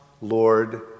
Lord